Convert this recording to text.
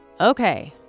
Okay